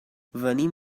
venim